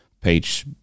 page